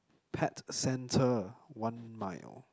pet centre one mile